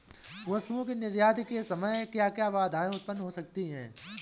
वस्तुओं के निर्यात के समय क्या क्या बाधाएं उत्पन्न हो सकती हैं?